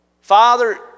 Father